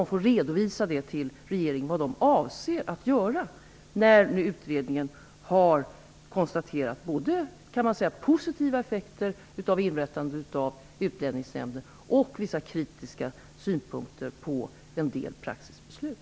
De får till regeringen redovisa vad de avser att göra när utredningen nu har konstaterat både positiva effekter av inrättandet av Utlänningsnämnden och vissa kritiska synpunkter på en del praxisbeslut.